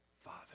Father